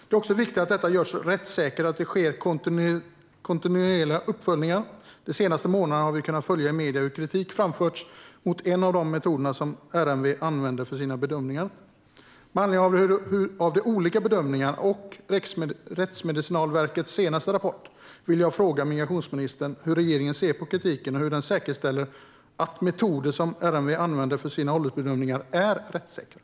Det är också viktigt att detta görs rättssäkert och att det sker kontinuerliga uppföljningar. De senaste månaderna har vi kunnat följa i medier hur kritik framförts mot en av de metoder som RMV använder för sina bedömningar. Med anledning av de olika bedömningarna och Rättsmedicinalverkets senaste rapport vill jag fråga migrationsministern hur regeringen ser på kritiken och hur den säkerställer att de metoder som RMV använder för sina åldersbedömningar är rättssäkra.